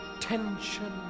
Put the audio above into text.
tension